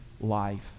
life